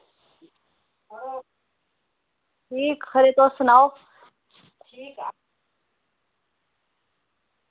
ठीक खरे तुस सनाओ